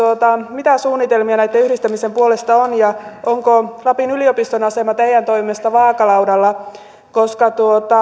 mitä suunnitelmia näitten yhdistämisten puolesta on ja onko lapin yliopiston asema teidän toimestanne vaakalaudalla